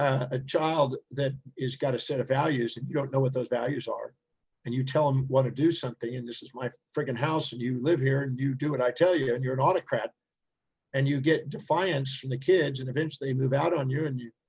a child that is got a set of values and you don't know what those values are and you tell them what to do something, and this is my freaking house and you live here and you do what i tell you. and you're an autocrat and you get defiance from the kids and eventually they move out on you and you,